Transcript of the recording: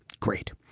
great.